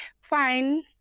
Fine